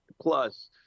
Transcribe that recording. plus